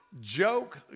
joke